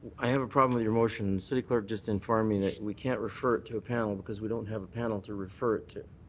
i have a problem with your motion. city clerk just informed me that we can't refer it to a panel because we don't have a panel to refer it to.